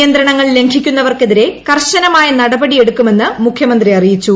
നിയന്ത്രണങ്ങൾ ലംഘിക്കുന്നവർക്കെതിരെ കർശനമായ നടപടിയെടുക്കുമെന്ന് മുഖ്യമന്ത്രി അറിയിച്ചു